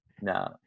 no